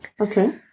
Okay